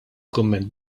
kumment